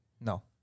no